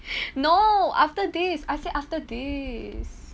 no after this I say after this